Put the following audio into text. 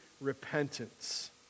repentance